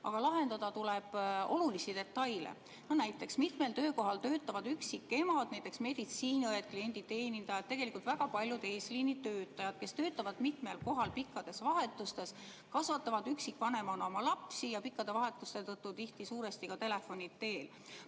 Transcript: aga lahendada tuleb olulisi detaile. Näiteks mitmel töökohal töötavad üksikemad, meditsiiniõed, klienditeenindajad, tegelikult väga paljud eesliinitöötajad, kes töötavad mitmel kohal pikkades vahetustes ning kasvatavad üksikvanematena oma lapsi – pikkade vahetuste tõttu teevad seda tihti suuresti ka telefoni teel